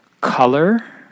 color